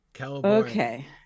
Okay